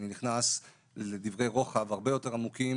אני נכנס לדברי רוחב הרבה יותר עמוקים